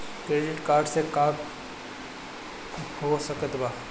Credit card से का हो सकइत बा?